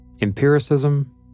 Empiricism